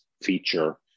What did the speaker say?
feature